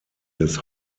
des